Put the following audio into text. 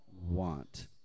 want